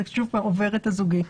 זה שוב עובר את הזוגי.